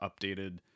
updated